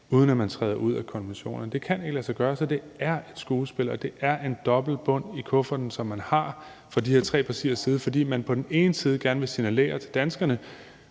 uden at man træder ud af konventionerne. Det kan ikke lade sig gøre, så det er et skuespil, og det er en dobbeltbund i kufferten, som man har fra de her tre partiers side. For på den ene side vil man gerne signalere til danskerne